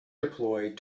deployed